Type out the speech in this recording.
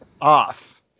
off